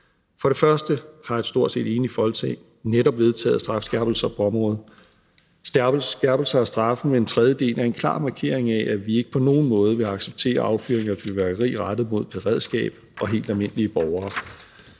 For det første har et stort set enigt Folketing netop vedtaget strafskærpelser på området. Skærpelser af straffen med en tredjedel er en klar markering af, at vi ikke på nogen måde vil acceptere affyring af fyrværkeri rettet mod beredskab og helt almindelige borgere.